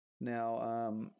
Now